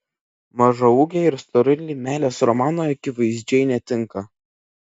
mažaūgiai ir storuliai meilės romanui akivaizdžiai netinka